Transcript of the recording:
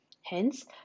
Hence